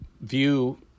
view